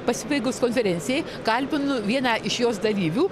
pasibaigus konferencijai kalbinu vieną iš jos dalyvių